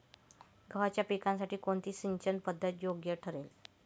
गव्हाच्या पिकासाठी कोणती सिंचन पद्धत योग्य ठरेल?